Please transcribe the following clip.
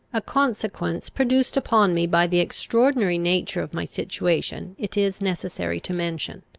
a consequence produced upon me by the extraordinary nature of my situation it is necessary to mention.